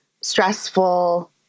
stressful